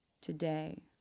today